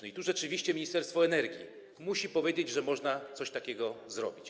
I tu rzeczywiście Ministerstwo Energii musi powiedzieć, że można coś takiego zrobić.